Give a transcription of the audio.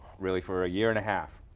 really, for a year and a half.